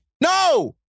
no